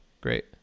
Great